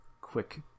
quick